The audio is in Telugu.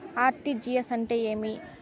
ఆర్.టి.జి.ఎస్ అంటే ఏమి?